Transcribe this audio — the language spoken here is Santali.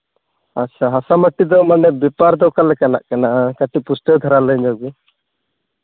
ᱟᱪᱪᱷᱟ ᱦᱟᱥᱟᱼᱢᱟᱹᱴᱤ ᱫᱚ ᱢᱟᱱᱮ ᱵᱮᱯᱟᱨ ᱫᱚ ᱚᱠᱟᱞᱮᱠᱟᱱᱟᱜ ᱠᱟᱱᱟ ᱠᱟᱹᱴᱤᱡ ᱯᱩᱥᱴᱟᱹᱣ ᱫᱷᱟᱨᱟ ᱞᱟᱹᱭ ᱧᱚᱜᱽ ᱵᱤᱱ